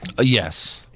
Yes